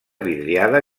vidriada